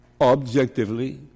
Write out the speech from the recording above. Objectively